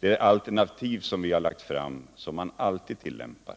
det alternativ som vi har lagt fram som man alltid tillämpar.